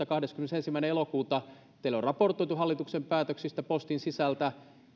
kahdeskymmenesensimmäinen elokuuta teille on raportoitu hallituksen päätöksistä postin sisältä